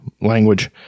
language